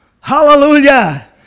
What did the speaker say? Hallelujah